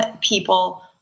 people